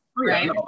right